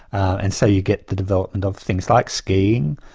and so you get the development of things like ski-ing,